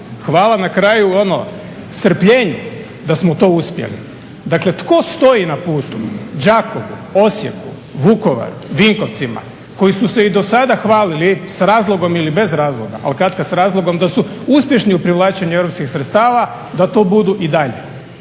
hvala na kraju ono strpljenju da smo to uspjeli. Dakle, tko stoji na putu? Đakovo, Osijek, Vukovar, Vinkovcima koji su se i do sada hvalili s razlogom ili bez razloga ali katkada s razlogom da su uspješni u privlačenju europskih sredstava da to budu i dalje.